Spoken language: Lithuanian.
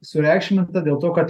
sureikšminta dėl to kad